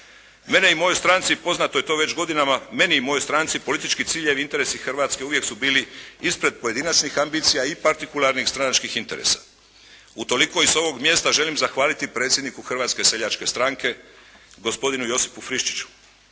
Meni i mojoj stranci poznato je to već godinama, meni i mojoj stranci politički ciljevi i interesi Hrvatske uvijek su bili ispred pojedinačnih ambicija i partikularnih stranačkih interesa. Utoliko i sa ovog mjesta želim zahvaliti predsjedniku Hrvatske seljačke stranke gospodinu Josipu Friščiću,